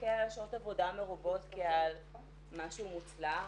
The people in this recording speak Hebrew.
ומסתכל על שעות עבודה מרובות כעל משהו מוצלח,